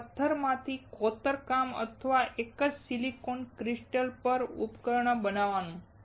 એક જ પત્થરમાંથી કોતરકામ અથવા એક જ સિલિકોન ક્રિસ્ટલ પર ઉપકરણ બનાવવાનું